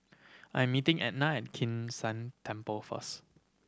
I'm meeting Etna at Kim San Temple first